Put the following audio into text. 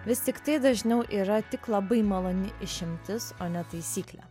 vis tiktai dažniau yra tik labai maloni išimtis o ne taisyklė